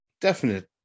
Definite